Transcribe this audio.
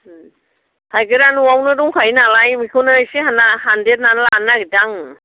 थाइगेरा न'आवनो दंखायो नालाय बेखौनो एसे हान्ना हानदेरनानै लानो नागिरदों आङो